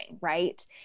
right